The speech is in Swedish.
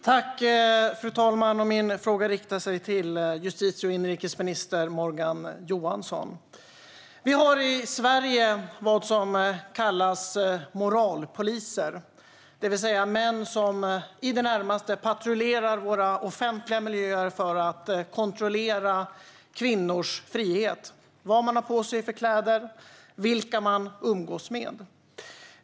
Fru talman! Jag riktar min fråga till justitie och inrikesminister Morgan Johansson. I Sverige har vi något som kallas moralpoliser, det vill säga män som i det närmaste patrullerar våra offentliga miljöer för att kontrollera kvinnor - vilka kläder de har på sig och vilka de umgås med.